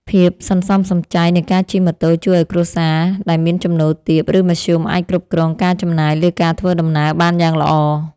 ភាពសន្សំសំចៃនៃការជិះម៉ូតូជួយឱ្យគ្រួសារដែលមានចំណូលទាបឬមធ្យមអាចគ្រប់គ្រងការចំណាយលើការធ្វើដំណើរបានយ៉ាងល្អ។